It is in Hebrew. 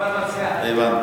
הבנתי.